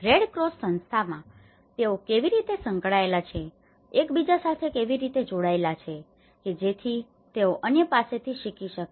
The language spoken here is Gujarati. રેડ ક્રોસ સંસ્થાઓમાં તેઓ કેવી રીતે સંકળાયેલા છે એકબીજા સાથે કેવી રીતે જોડાયેલા છે કે જેથી તેઓ અન્ય પાસેથી શીખી શકે